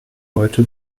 heute